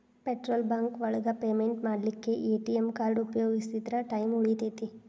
petrol bunk ಒಳಗ payment ಮಾಡ್ಲಿಕ್ಕೆ ATM card ಉಪಯೋಗಿಸಿದ್ರ ಟೈಮ್ ಉಳಿತೆತಿ